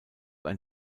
ein